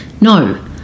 No